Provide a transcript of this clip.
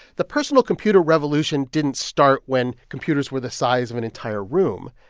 the personal computer revolution didn't start when computers were the size of an entire room.